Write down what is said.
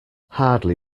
hardly